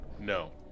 No